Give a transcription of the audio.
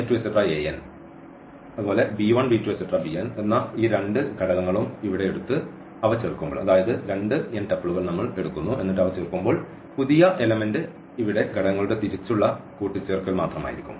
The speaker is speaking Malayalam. V ൽ നിന്ന് ഈ രണ്ട് ഘടകങ്ങളും ഇവിടെ എടുത്ത് അവ ചേർക്കുമ്പോൾ പുതിയ എലമെന്റ് ഇവിടെ ഘടകങ്ങളുടെ തിരിച്ചുള്ള കൂട്ടിച്ചേർക്കൽ മാത്രമായിരിക്കും